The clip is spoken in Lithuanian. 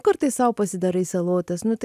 kartais sau pasidarai salotas nu tai